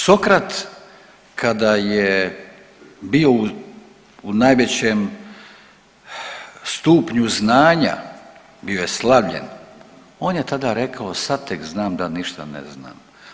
Sokrat kada je bio u najvećem stupnju znanja bio je slavljen, on je tada rekao sad tek znam da ništa ne znam.